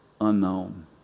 unknown